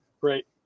Great